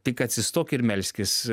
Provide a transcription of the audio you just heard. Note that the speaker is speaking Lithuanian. tik atsistok ir melskis